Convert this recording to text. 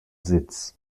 sitz